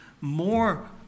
more